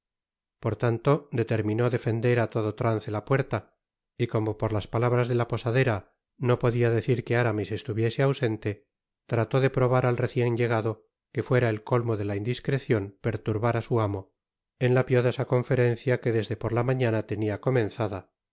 por tanto determinó defender á todo trance la puerta y como por las palabras de la posadera no podia decir que aramis estuviese ausente trató de probar al recien llegado que fuera el colmo de la indiscrecion perturbar á su amo en la piadosa conferencia que desde por la mañana tenia comenzada